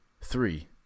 three